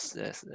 yes